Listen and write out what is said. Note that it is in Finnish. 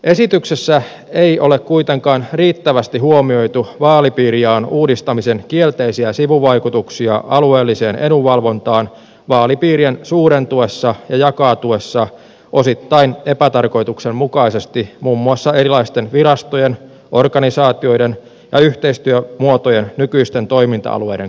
esityksessä ei ole kuitenkaan riittävästi huomioitu vaalipiirijaon uudistamisen kielteisiä sivuvaikutuksia alueelliseen edunvalvontaan vaalipiirien suurentuessa ja jakaantuessa osittain epätarkoituksenmukaisesti muun muassa erilaisten virastojen organisaatioiden ja yhteistyömuotojen nykyisten toiminta alueiden kannalta